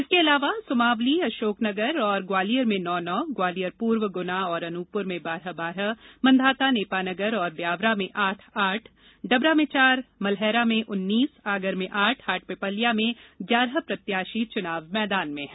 इसके अलावा सुमावली अशोकनगर और ग्वालियर में नौ नौ ग्वालियर पूर्व गुना और अनूपपुर में बारह बारह मंधाता नेपानगर और व्यावरा में आठ आठ डबरा में चार मलहरा में उन्नीस आगर में आठ हाटपिपल्या में ग्यारह प्रत्याशी चुनाव मैदान में हैं